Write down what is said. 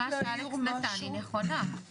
הדוגמה שאלכס נתן היא נכונה.